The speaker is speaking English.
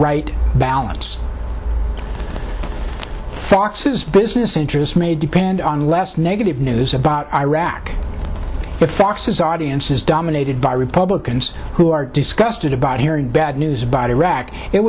right balance fox says business interests may depend on less negative news about iraq but fox is audiences dominated by republicans who are disgusted about hearing bad news about iraq it